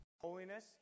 Holiness